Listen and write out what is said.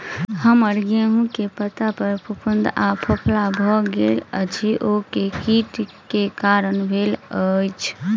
हम्मर गेंहूँ केँ पत्ता पर फफूंद आ फफोला भऽ गेल अछि, ओ केँ कीट केँ कारण भेल अछि?